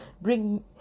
Bring